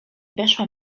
weszła